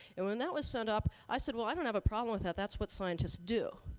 and when that was sent up, i said well, i don't have a problem with that. that's what scientists do.